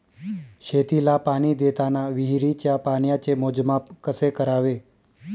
शेतीला पाणी देताना विहिरीच्या पाण्याचे मोजमाप कसे करावे?